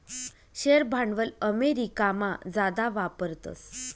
share भांडवल अमेरिकामा जादा वापरतस